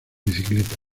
bicicleta